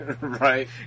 Right